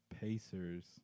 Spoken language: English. Pacers